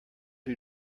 who